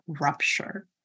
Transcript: Rupture